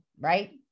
right